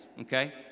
okay